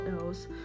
else